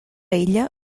ella